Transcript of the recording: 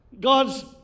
God's